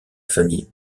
famille